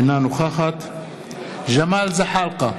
אינה נוכחת ג'מאל זחאלקה,